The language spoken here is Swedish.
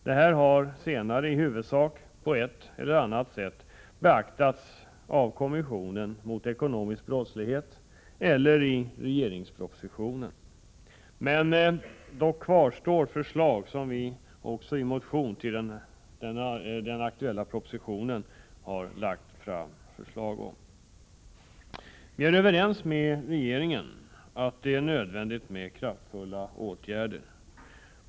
Dessa har senare i huvudsak, på ett eller annat sätt, beaktats av kommissionen mot ekonomisk brottslighet eller i regeringspropositionen. Dock kvarstår förslag som vi har lagt fram i en motion i anslutning till den aktuella propositionen. Vi är överens med regeringen om att det är nödvändigt med kraftfulla åtgärder.